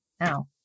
now